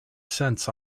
cents